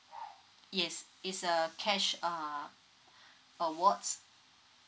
yes is a cash err awards